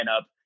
up